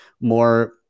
more